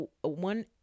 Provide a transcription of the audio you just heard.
one